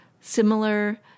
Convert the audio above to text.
similar